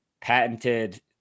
patented